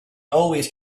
always